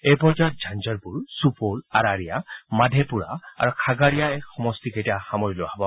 এই পৰ্যায়ত ঝানঝাৰপুৰ ছুপ'ল আৰাৰিয়া মাধেপুৰা আৰু খাগাৰিয়া সমষ্টিকেইটা সামৰি লোৱা হ'ব